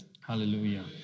Hallelujah